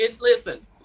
Listen